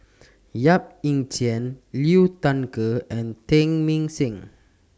Yap Ee Chian Liu Thai Ker and Teng Mah Seng